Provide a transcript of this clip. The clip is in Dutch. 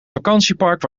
vakantiepark